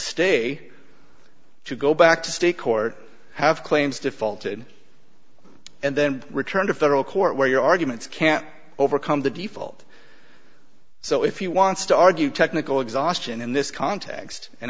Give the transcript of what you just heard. stay to go back to state court have claims defaulted and then return to federal court where your arguments can't overcome the default so if you wants to argue technical exhaustion in this context and